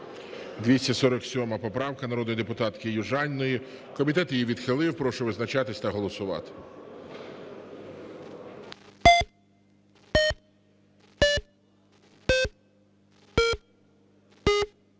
279 поправка народної депутатки Южаніної. Комітет її відхилив. Прошу визначатися і голосувати.